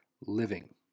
living